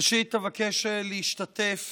ראשית אבקש להשתתף